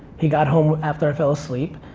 he got home after i fell asleep,